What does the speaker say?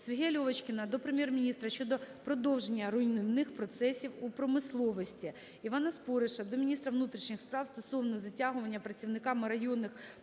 Сергія Льовочкіна до Прем'єр-міністра щодо продовження руйнівних процесів у промисловості. Івана Спориша до міністра внутрішніх справ стосовно затягування працівниками районних